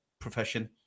profession